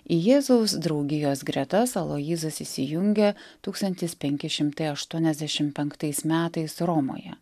į jėzaus draugijos gretas aloyzas įsijungė tūkstantis penki šimtai aštuoniasešim penktais metais romoje